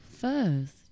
First